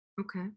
Okay